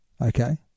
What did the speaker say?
okay